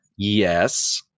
Yes